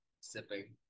Sipping